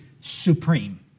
supreme